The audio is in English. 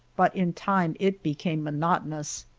but in time it became monotonous.